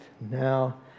Now